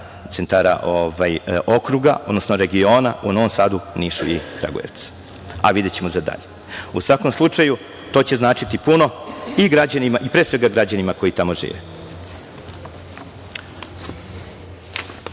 centara okruga, odnosno regiona, u Novom Sadu, Nišu i Kragujevcu, a videćemo za dalje. U svakom slučaju, to će značiti puno i građanima, pre svega građanima koji tamo žive. Ocena